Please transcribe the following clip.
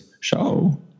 show